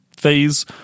phase